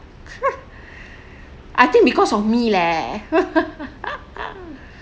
I think because of me leh